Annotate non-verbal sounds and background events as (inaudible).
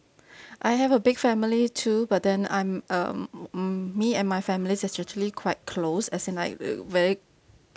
(breath) I have a big family too but then I'm um me and my family's actually quite close as in like we're very